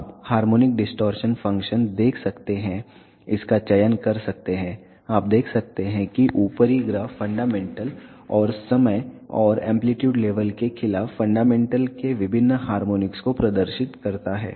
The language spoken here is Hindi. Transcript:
आप हार्मोनिक डिस्टॉरशन फंक्शन देख सकते हैं इसका चयन कर सकते हैं आप देख सकते हैं कि ऊपरी ग्राफ़ फंडामेंटल और समय और एंप्लीट्यूड लेवल के खिलाफ फंडामेंटल के विभिन्न हार्मोनिक्स को प्रदर्शित करता है